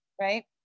right